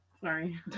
Sorry